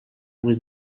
henri